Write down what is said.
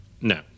No